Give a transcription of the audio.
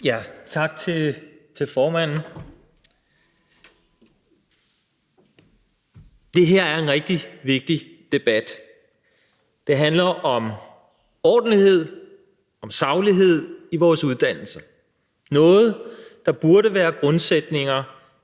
(V): Tak til formanden. Det her er en rigtig vigtig debat. Det handler om ordentlighed, om saglighed i vores uddannelser – noget, der burde være grundsætninger